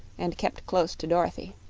and kept close to dorothy.